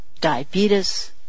diabetes